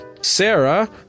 Sarah